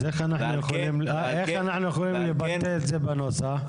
אז איך אנחנו יכולים לבטא את זה בנוסח?